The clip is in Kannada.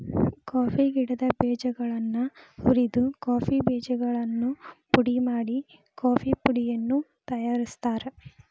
ಕಾಫಿ ಗಿಡದ ಬೇಜಗಳನ್ನ ಹುರಿದ ಕಾಫಿ ಬೇಜಗಳನ್ನು ಪುಡಿ ಮಾಡಿ ಕಾಫೇಪುಡಿಯನ್ನು ತಯಾರ್ಸಾತಾರ